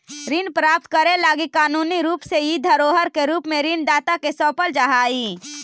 ऋण प्राप्त करे लगी कानूनी रूप से इ धरोहर के रूप में ऋण दाता के सौंपल जा हई